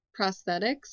prosthetics